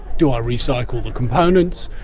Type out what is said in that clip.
do i recycle the components?